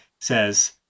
says